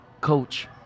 coach